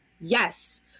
yes